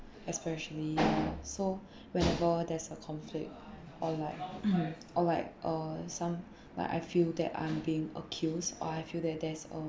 especially so whenever there's a conflict or like or like uh some like I feel that I'm been accused or I feel that there's uh